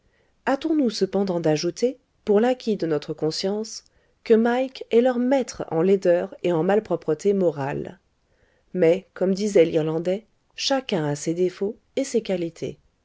hâtons-nous cependant d'ajouter pour l'acquit de notre conscience que mike est leur maître en laideur et en malpropreté morales mais comme disait l'irlandais chacun a ses défauts et ses qualités